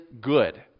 good